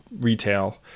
retail